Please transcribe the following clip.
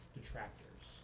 detractors